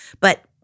But-